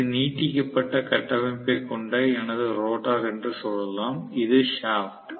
இது நீட்டிக்கப்பட்ட கட்டமைப்பைக் கொண்ட எனது ரோட்டார் என்று சொல்லலாம் இது ஷாப்ட்